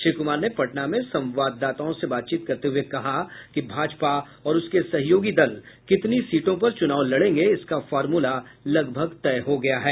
श्री कुमार ने पटना मे संवाददताओं से बातचीत करते हुए कहा कि भाजपा और उसके सहयोगी दल कितनी सीटों पर चुनाव लड़ेंगे इसका फार्मुला लगभग तय हो गया है